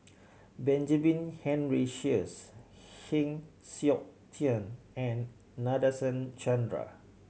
Benjamin Henry Sheares Heng Siok Tian and Nadasen Chandra